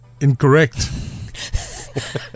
Incorrect